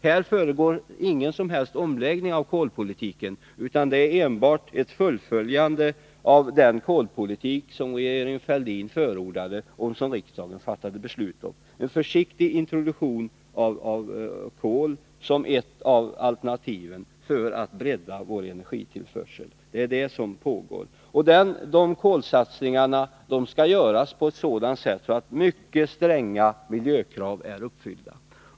Här försiggår ingen som helst omläggning av kolpolitiken, utan det är enbart ett fullföljande av den kolpolitik som regeringen Fälldin förordade och som riksdagen fattade beslut om. En försiktig introduktion av kol som ett av alternativen för att bredda vår energitillförsel är det som pågår. Dessa kolsatsningar skall göras på sådant sätt att mycket stränga miljökrav blir uppfyllda.